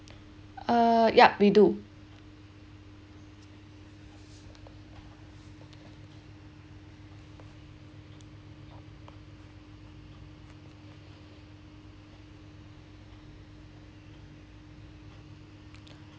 uh yup we do